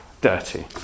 dirty